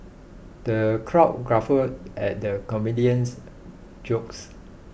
the crowd guffawed at the comedian's jokes